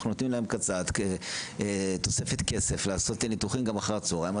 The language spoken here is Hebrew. אנחנו נותנים להם קצת תוספת כסף לעשות ניתוחים גם אחרי הצהריים.